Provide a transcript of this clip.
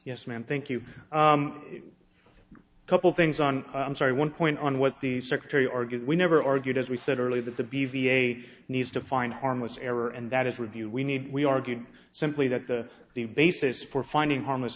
yes ma'am thank you couple things on i'm sorry one point on what the secretary or get we never argued as we said earlier that the b v a needs to find harmless error and that is review we need we argue simply that the the basis for finding harmless